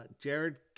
Jared